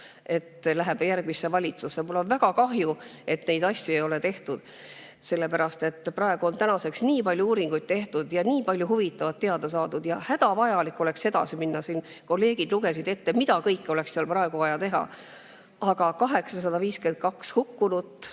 see läheb järgmisse valitsusse. Mul on väga kahju, et neid asju ei ole tehtud, sest on nii palju uuringuid tehtud ja nii palju huvitavat teada saadud ning hädavajalik oleks edasi minna. Kolleegid lugesid ette, mida kõike oleks seal praegu vaja teha. Aga 852 hukkunut